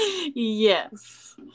Yes